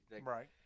Right